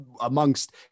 amongst